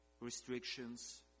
Restrictions